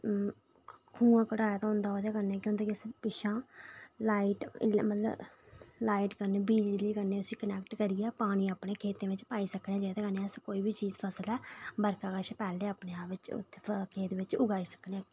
कुआं कढाए दा होंदा कि पिच्छै लाईट मतलब उसी बिजली कन्नै कनेक्ट करियै पानी अपने खेतें बिच लाई सकने आं एह्दे कन्नै कोई बी फसल ऐ बर्खा कोला पैह्लें खेत बिच उगाई सकने आं